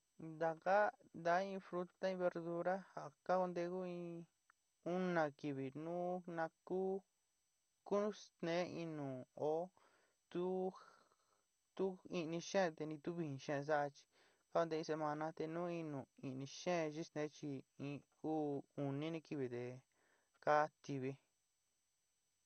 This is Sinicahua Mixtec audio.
Ntaka da in fruta y verdurá ja kao nte ku in una kɨvi nu na kú kustneé in nu ó tu tu ijni xeén te ni tu vɨjin xeén sa'a chi kante in semaná te nu in nu ijni xeén yistneé chi in uú uni ni kivi te ka tivi.